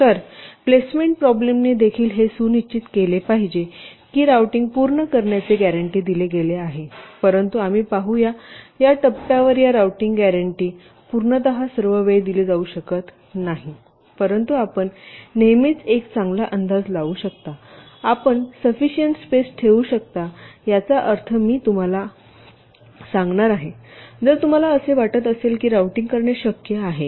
तर प्लेसमेंट प्रॉब्लेमने देखील हे सुनिश्चित केले पाहिजे की राऊंटिंग पूर्ण करण्याचे ग्यारंटी दिले गेले आहे परंतु आम्ही पाहूया या टप्प्यावर या राऊंटिंग ग्यारंटी पूर्तता सर्व वेळ दिली जाऊ शकत नाही परंतु आपण नेहमीच एक चांगला अंदाज लावू शकता आपण साफिसिएंट स्पेस ठेवू शकता याचा अर्थ मी तुम्हाला आहे जर तुम्हाला असे वाटत असेल की राऊंटिंग करणे शक्य आहे